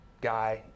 guy